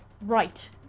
Right